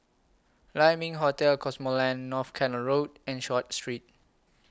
Lai Ming Hotel Cosmoland North Canal Road and Short Street